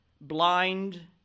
blind